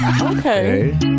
Okay